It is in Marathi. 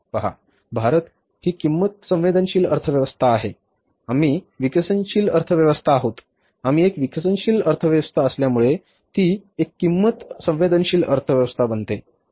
पहा भारत ही किंमत संवेदनशील अर्थव्यवस्था आहे आम्ही विकसनशील अर्थव्यवस्था आहोत आम्ही एक विकसनशील अर्थव्यवस्था आहे आणि ती एक किंमत संवेदनशील अर्थव्यवस्था आहे